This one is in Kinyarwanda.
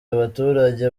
abaturage